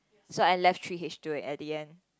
so I left three H-two at the end